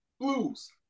blues